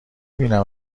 بینم